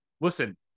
listen